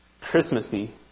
Christmassy